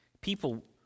People